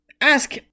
Ask